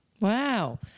Wow